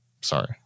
Sorry